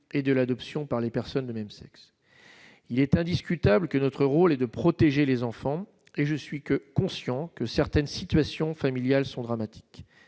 et de l'adoption par les personnes de même sexe il est indiscutable que notre rôle est de protéger les enfants et je suis que conscient que certaines situations familiales sont dramatiques,